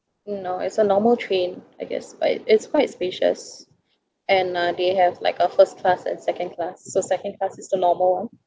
mm no it's a normal train I guess but its quite spacious and uh they have like a first class and second class so second class is the normal one